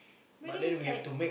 but then is like